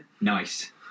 Nice